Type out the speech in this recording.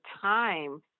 time